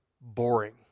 boring